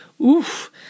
oof